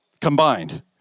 Combined